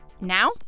Now